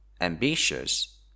ambitious